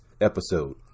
episode